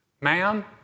ma'am